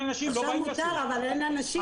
עכשיו מותר, אבל אין אנשים.